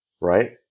Right